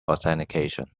authentication